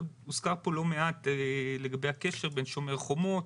הוזכר פה לא מעט לגבי הקשר בין שומר החומות,